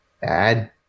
bad